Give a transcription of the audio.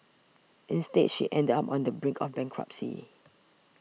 instead she ended up on the brink of bankruptcy